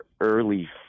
early